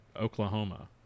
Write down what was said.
Oklahoma